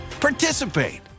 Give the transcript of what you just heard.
participate